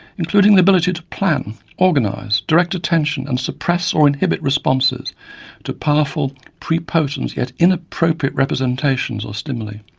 including the ability to plan, organise, direct attention and suppress or inhibit responses to powerful, prepotent yet inappropriate representations or stimuli.